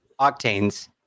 Octanes